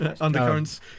undercurrents